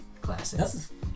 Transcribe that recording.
Classic